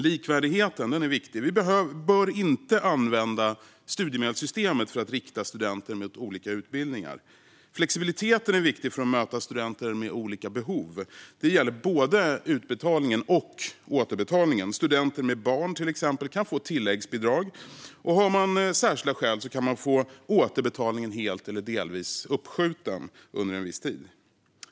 Likvärdigheten är viktig. Vi bör inte använda studiemedelssystemet för att rikta studenter mot olika utbildningar. Flexibiliteten är viktig för att möta studenter med olika behov. Det gäller både utbetalningen och återbetalningen. Studenter med barn kan till exempel få tilläggsbidrag, och har man särskilda skäl kan man få återbetalningen helt eller delvis uppskjuten under en viss tid.